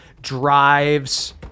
drives